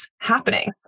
happening